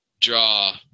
draw